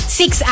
six